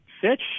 Fitch